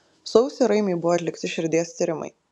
sausį raimiui buvo atlikti širdies tyrimai